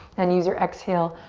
and use your exhale,